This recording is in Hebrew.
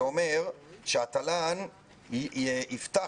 זה אומר שהתל"ן יפתח,